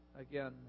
again